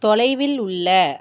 தொலைவில் உள்ள